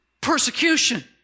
persecution